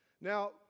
Now